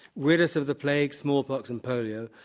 rid us of the plagues, smallpox and polio,